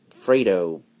Fredo